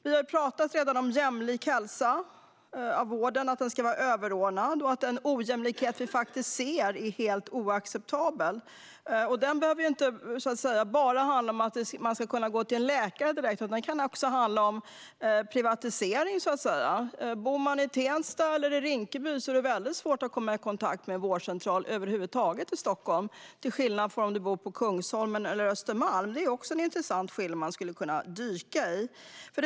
Vi har redan talat om jämlik hälsa och att det ska vara överordnat i vården. Den ojämlikhet vi faktiskt ser är helt oacceptabel. Det behöver inte bara handla om att man ska kunna gå till en läkare direkt. Det kan också handla om privatisering. Bor du i Tensta eller i Rinkeby är det väldigt svårt att komma i kontakt med en vårdcentral i Stockholm över huvud taget till skillnad mot om du bor på Kungsholmen eller Östermalm. Det är också en intressant skillnad man skulle kunna dyka ned i.